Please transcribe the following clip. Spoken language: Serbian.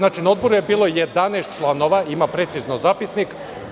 Na odboru je bilo 11 članova, ima precizno zapisnik.